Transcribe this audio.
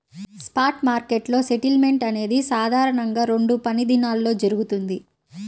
spot మార్కెట్లో settlement అనేది సాధారణంగా రెండు పనిదినాల్లో జరుగుతది,